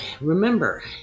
remember